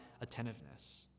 attentiveness